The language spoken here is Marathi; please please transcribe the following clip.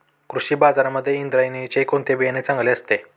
कृषी बाजारांमध्ये इंद्रायणीचे कोणते बियाणे चांगले असते?